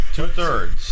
Two-thirds